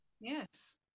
Yes